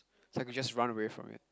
so I could just run away from it